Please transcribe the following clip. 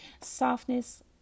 softness